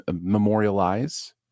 memorialize